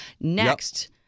Next